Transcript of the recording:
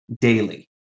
daily